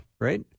Right